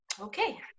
Okay